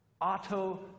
auto